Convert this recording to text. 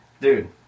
Dude